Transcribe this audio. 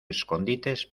escondites